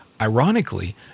Ironically